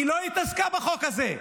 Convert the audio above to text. היא לא התעסקה בחוק הזה.